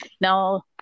Now